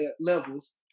levels